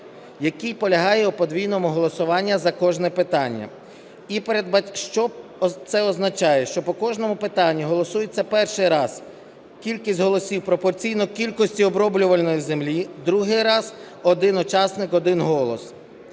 який полягає у подвійному голосуванні за кожне питання. Що це означає? Що по кожному питанню голосується перший раз кількість голосів пропорційно кількості оброблювальної землі, другий раз – один учасник – один голос.